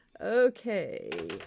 Okay